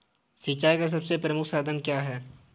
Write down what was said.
सिंचाई का सबसे प्रमुख साधन क्या है?